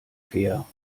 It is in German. fair